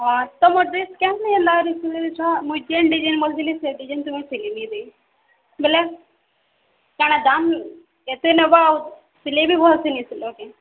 ହଁ ତ ମୋ ଡ୍ରେସ୍ କେଁ ହେଲା ଯେ ଏନ୍ତା କରି ସିଲେଇ ଦେଇଛ ମୁଇଁ ଯେନ୍ ଡିଜାଇନ୍ ବଲିଥିଲି ସେ ଡିଜାଇନ୍ ତ ସିଲେଇ ନେଇ ଦେଇ ବେଲେ କାଣା ଦାମ୍ ଏତେ ନେବ ଆଉ ସିଲେଇ ବି ଭଲ୍ସେ ନେଇ ସିଲ କେଁ